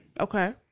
Okay